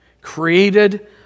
created